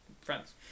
friends